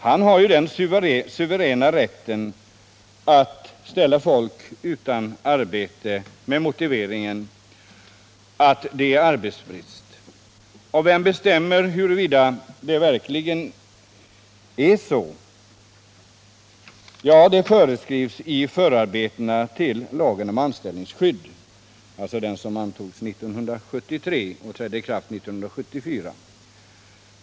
Han har ju den suveräna rätten att friställa anställda Med motivering att det råder arbetsbrist. Vem som bestämmer huruvida det verkligen är så föreskrivs i förarbetena till lagen om anställningsskydd, som antogs 1973 och trädde i kraft 1974.